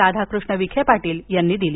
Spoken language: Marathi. राधाकृष्ण विखे पाटील यांनी केले